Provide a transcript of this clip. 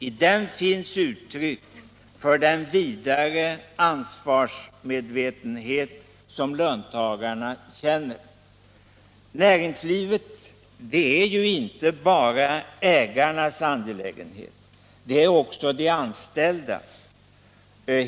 I den finns uttryck för den vidare ansvarsmedvetenhet som löntagarna har. Näringslivet är inte bara ägarnas angelägenhet — det är också de anställdas.